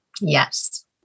Yes